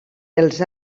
els